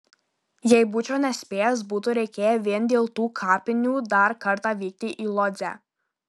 jei būčiau nespėjęs būtų reikėję vien dėl tų kapinių dar kartą vykti į lodzę